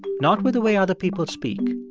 not with the way other people speak.